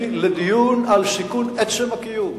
אי-אפשר כל דבר להביא לדיון על סיכון עצם הקיום,